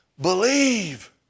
believe